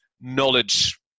knowledge